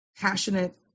passionate